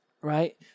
right